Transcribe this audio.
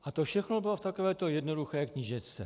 A to všechno bylo v takovéto jednoduché knížečce.